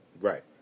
Right